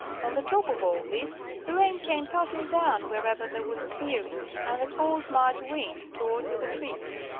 on the top of all this the rain came pelting down wherever there was a clearing, and the cold march wind tore through the trees.